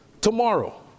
tomorrow